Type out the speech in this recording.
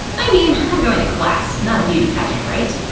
i mean, i'm going to class, not a beauty pageant, right?